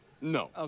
no